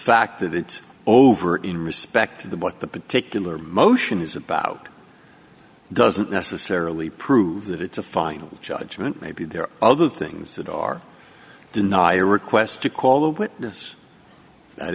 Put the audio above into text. fact that it's over in respect to the what the particular motion is about doesn't necessarily prove that it's a final judgment maybe there are other things that are denied a request to call a witness that